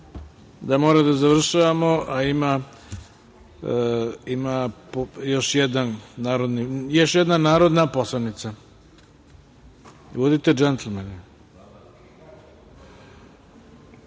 da moramo da završavamo, a ima još jedna narodna poslanica. Budite džentlmeni.